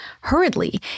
Hurriedly